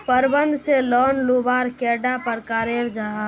प्रबंधन से लोन लुबार कैडा प्रकारेर जाहा?